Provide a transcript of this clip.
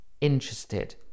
interested